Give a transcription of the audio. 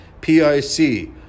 PIC